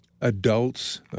adults